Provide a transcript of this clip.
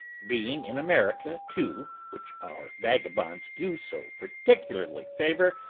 being in america, too, which our vagabonds do so particularly favour,